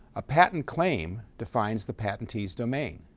a patent claim defines the patentee's domain.